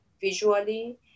visually